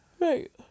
Right